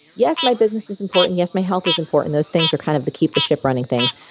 yes, my business is important. yes, my health is important. those things are kind of the keep the ship running things,